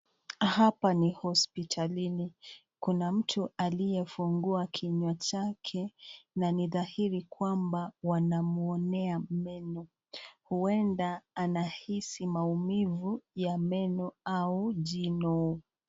Hapa ni hospitalini. Kuna mtu aliyefungua kinywa chake na ni dhahiri kwamba wanamuonea meno. Huenda anahisi maumivu ya meno au jino.